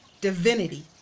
divinity